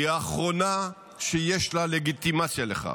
היא האחרונה שיש לה לגיטימציה לכך.